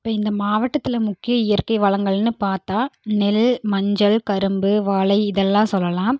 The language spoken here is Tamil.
இப்போ இந்த மாவட்டத்தில் முக்கிய இயற்கை வளங்கள்னு பார்த்தா நெல் மஞ்சள் கரும்பு வாழை இதெல்லாம் சொல்லலாம்